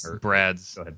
Brad's